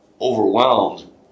overwhelmed